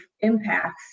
impacts